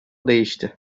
değişti